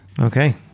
Okay